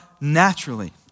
naturally